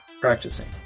practicing